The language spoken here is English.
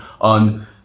on